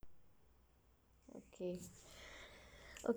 okay